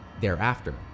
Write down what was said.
Thereafter